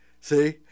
See